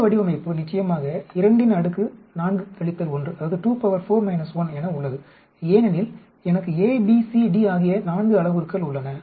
இந்த வடிவமைப்பு நிச்சயமாக 24 1 என உள்ளது ஏனெனில் எனக்கு A B C D ஆகிய 4 அளவுருக்கள் உள்ளன